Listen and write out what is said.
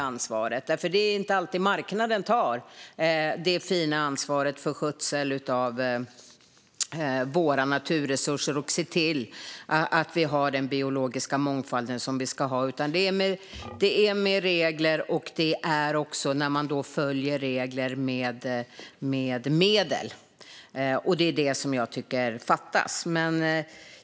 Marknaden tar nämligen inte alltid det fina ansvaret för skötseln av våra naturresurser och för att se till att vi har den biologiska mångfald som vi ska ha. Det görs genom regler och genom att det med regler följer medel. Det är det som jag tycker fattas.